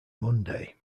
monday